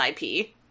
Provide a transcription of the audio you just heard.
IP